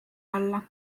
alla